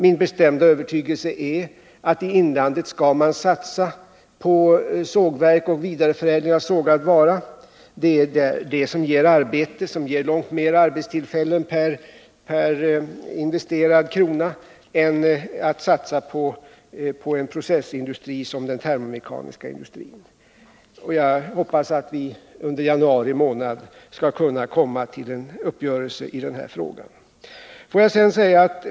Min bestämda övertygelse är att i inlandet skall man satsa på sågverk och vidareförädling av sågad vara. Det är det som ger arbete, som ger långt mer arbetstillfällen per investerad krona än satsning på en processindustri som den termomekaniska industrin. Jag hoppas att vi under januari månad skall kunna komma till en uppgörelse i denna fråga.